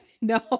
No